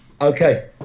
Okay